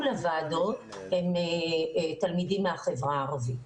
לוועדות הם תלמידים מהחברה הערבית.